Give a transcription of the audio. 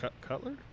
Cutler